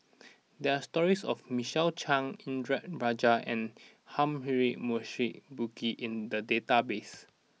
there are stories of Michael Chiang Indranee Rajah and Humphrey Morrison Burkill in the database